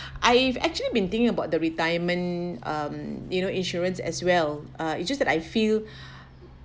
I've actually been thinking about the retirement um you know insurance as well uh it's just that I feel